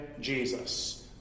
Jesus